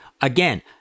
Again